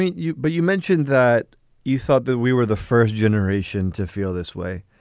you but you mentioned that you thought that we were the first generation to feel this way.